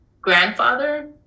grandfather